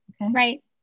Right